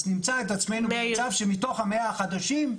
אז נמצא את עצמנו במצב שמתוך ה-100 החדשים,